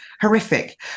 Horrific